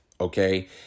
Okay